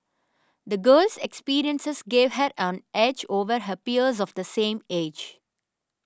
the girl's experiences gave her an edge over her peers of the same age